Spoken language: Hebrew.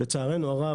לצערנו הרב,